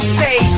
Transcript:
say